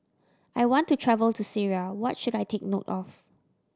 I want to travel to Syria what should I take note of